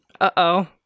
Uh-oh